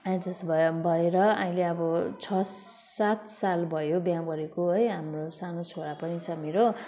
adjust भएँ भएर अहिले अब छ सात साल भयो बिहे गरेको है हाम्रो सानो छोरा पनि छ मेरो